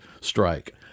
strike